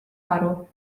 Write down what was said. aru